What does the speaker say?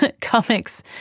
Comics